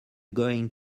going